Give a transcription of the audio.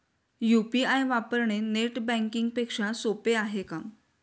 UPI वापरणे net banking पेक्षा सोपे आहे का?